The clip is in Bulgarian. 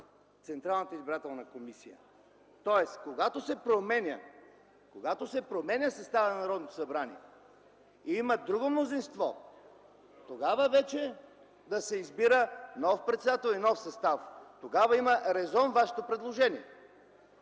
Централната избирателна комисия. Когато се променя съставът на Народното събрание и има друго мнозинство, тогава вече да се избира нов председател и нов състав. Тогава има резон вашето предложение